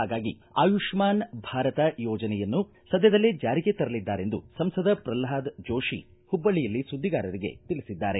ಹಾಗಾಗಿ ಆಯುಷ್ಮಾನ್ ಭಾರತ ಯೋಜನೆಯನ್ನು ಸದ್ಯದಲ್ಲೇ ಜಾರಿಗೆ ತರಲಿದ್ದಾರೆಂದು ಸಂಸದ ಪ್ರಲ್ಹಾದ ಜೋಶಿ ಹುಬ್ಬಳ್ಳಿಯಲ್ಲಿ ಸುದ್ದಿಗಾರರಿಗೆ ತಿಳಿಸಿದ್ದಾರೆ